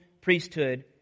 priesthood